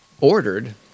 ordered